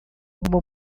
uma